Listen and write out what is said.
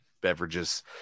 beverages